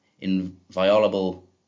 inviolable